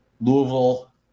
Louisville